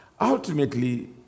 Ultimately